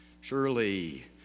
surely